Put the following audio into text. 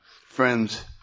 friends